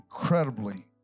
incredibly